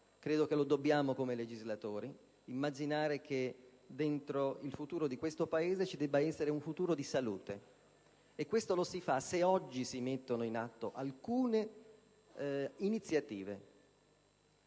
Credo che come legislatori dobbiamo immaginare che nel futuro del nostro Paese ci debba essere un futuro di salute, e questo lo si fa se oggi si mettono in atto alcune iniziative.